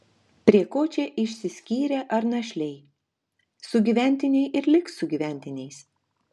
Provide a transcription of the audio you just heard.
prie ko čia išsiskyrę ar našliai sugyventiniai ir liks sugyventiniais